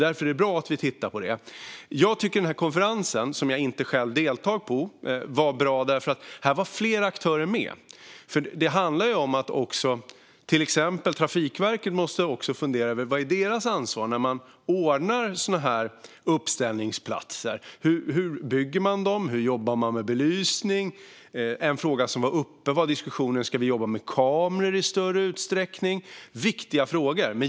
Därför är det bra att vi tittar på detta. Jag tycker att konferensen, som jag själv inte deltog i, var bra, för där var flera aktörer med. Till exempel måste också Trafikverket fundera över vad som är deras ansvar när man ordnar sådana här uppställningsplatser. Hur bygger man dem, och hur jobbar man med belysning? En fråga som var uppe var om man ska jobba med kameror i större utsträckning. Det är viktiga frågor.